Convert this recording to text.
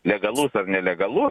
legalu nelegalu